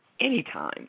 anytime